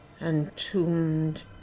entombed